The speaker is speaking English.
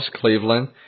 Cleveland